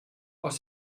aus